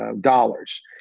dollars